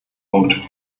punkt